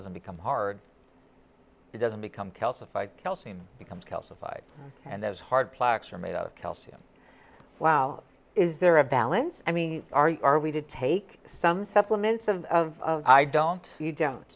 doesn't become hard it doesn't become calcified calcium becomes calcified and as hard plaques are made out of calcium wow is there a balance i mean are are we did take some supplements of i don't you don't